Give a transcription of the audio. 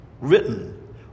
written